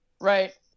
right